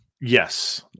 yes